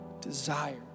desire